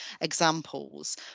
examples